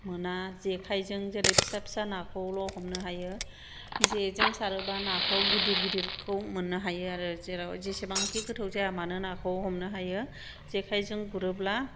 मोना जेखायजों जेरै फिसा फिसा नाखौल' हमनो हायो जेजों सारोबा नाखौ गिदिर गिदिरखौ मोननो हायो आरो जेराव जेसेबांखि गोथौ जाया मानो नाखौ हमनो हायो जेखायजों गुरोब्ला